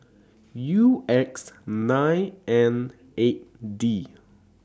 U X nine Neight D